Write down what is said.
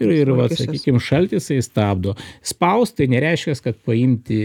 ir ir vat sakykim šaltis jisai stabdo spaust tai nereiškias kad paimti